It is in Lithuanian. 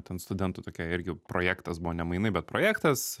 ten studentų tokia irgi projektas buvo ne mainai bet projektas